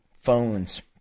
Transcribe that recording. Phones